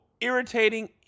irritating